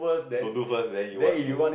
don't do first then you want to do